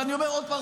ואני אומר עוד פעם,